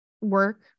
work